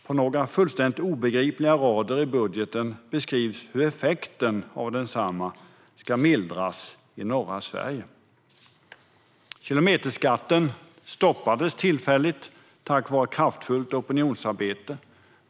På några fullständigt obegripliga rader i budgeten beskrivs hur effekten av densamma ska mildras i norra Sverige. Kilometerskatten stoppades tillfälligt tack vare kraftfullt opinionsarbete.